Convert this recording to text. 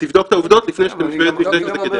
בגלל הקרבה